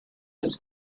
was